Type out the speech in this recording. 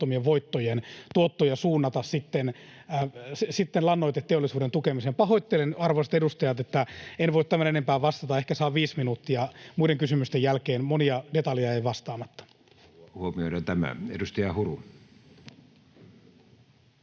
voittojen tuottoja suunnata sitten lannoiteteollisuuden tukemiseen. Pahoittelen, arvoisat edustajat, että en voi tämän enempää vastata. Ehkä saan viisi minuuttia muiden kysymysten jälkeen. Monia detaljeja jäi vastaamatta. [Speech 226] Speaker: